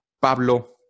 Pablo